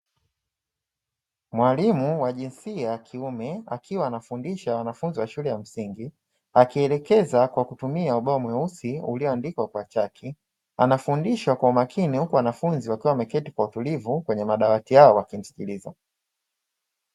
Mwalimu wa jinsia ya kiume, akiwa anafundisha wanafunzi wa shule ya msingi, akielekeza kwa kutumia ubao mweusi ulioandikwa kwa chaki. Anafundisha kwa makini, huku wanafunzi wakiwa wameketi kwa utulivu kwenye madawati yao wakimsikiliza.